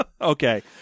okay